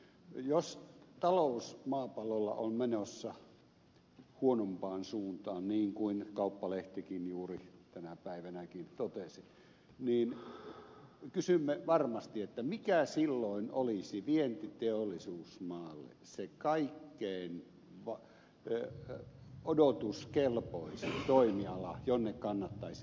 jos talous maapallolla on menossa huonompaan suuntaan niin kuin kauppalehti juuri tänä päivänäkin totesi niin kysymme varmasti että mikä silloin olisi vientiteollisuusmaalle se kaikkein odotuskelpoisin toimiala jonne kannattaisi tuottaa jotakin